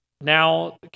now